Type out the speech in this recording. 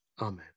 Amen